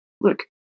Look